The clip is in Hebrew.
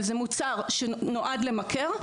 אבל זה מוצר שנועד למכר,